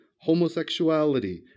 homosexuality